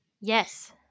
Yes